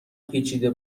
پیچیده